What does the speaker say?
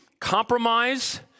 compromise